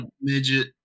midget